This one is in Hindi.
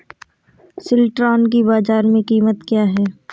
सिल्ड्राल की बाजार में कीमत क्या है?